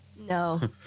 No